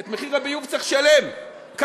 את מחיר הביוב צריך לשלם, למה?